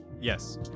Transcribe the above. Yes